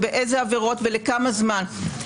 באיזה עבירות ולכמה זמן.